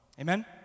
Amen